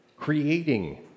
creating